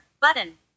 Button